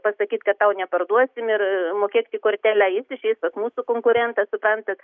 pasakyt kad tau neparduosim ir mokėk tik kortele jis išeis pas mūsų konkurentą suprantat